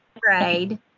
grade